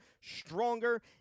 stronger